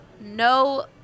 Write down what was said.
No